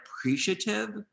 appreciative